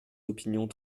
opinions